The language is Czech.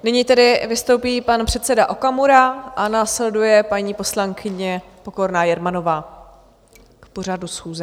Nyní tedy vystoupí pan předseda Okamura a následuje paní poslankyně Pokorná Jermanová k pořadu schůze.